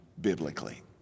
biblically